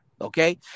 Okay